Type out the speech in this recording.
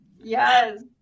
yes